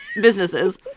businesses